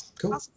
cool